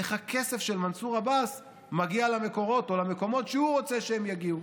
איך הכסף של מנסור עבאס מגיע למקורות או למקומות שהוא רוצה שהם יגיעו.